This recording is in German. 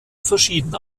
verschieden